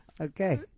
Okay